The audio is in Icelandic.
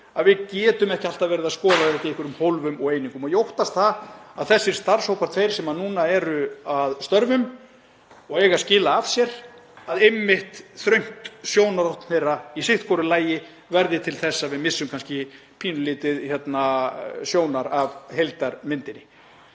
að við getum ekki alltaf verið að skoða þetta í einhverjum hólfum og einingum. En ég óttast að þessir starfshópar tveir, sem núna eru að störfum og eiga að skila af sér, að þröngt sjónarhorn þeirra í sitthvoru lagi verði til þess að við missum kannski pínulítið sjónar af heildarmyndinni.